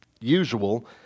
usual